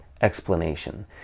explanation